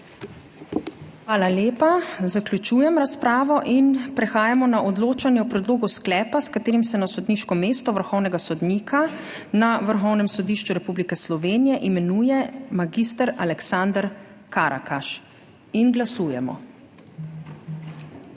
Hvala lepa. Zaključujem razpravo. Prehajamo na odločanje o predlogu sklepa, s katerim se na sodniško mesto vrhovnega sodnika na Vrhovnem sodišču Republike Slovenije imenuje mag. Aleksander Karakaš. Glasujemo.